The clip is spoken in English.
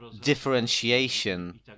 differentiation